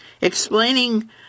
Explaining